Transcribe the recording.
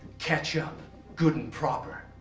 catch up good and proper.